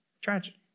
tragedy